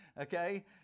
Okay